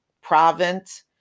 province